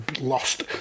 lost